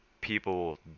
people